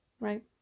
right